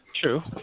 True